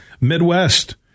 Midwest